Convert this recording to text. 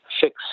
fix